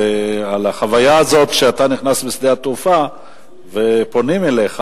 על החוויה הזאת שאתה נכנס לשדה-התעופה ופונים אליך,